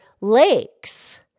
lakes